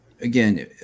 again